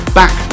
back